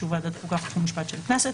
באישור ועדת החוקה חוק ומשפט של הכנסת,